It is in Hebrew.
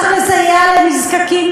צריך לסייע לנזקקים,